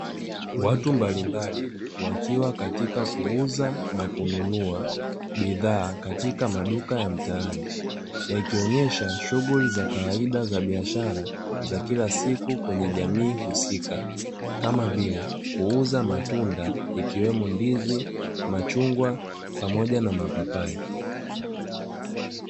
Watu mbalimbali wakiwa katika kuuza na wananunua bidhaa katika maduka ya mtaani, na ikionyesha shughuli za kawaida za biashara za kila siku kwenye jimii husika kama vile: kuuza matunda ikiwemo ndizi, machungwa pamoja na mapapai.